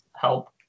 help